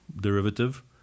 derivative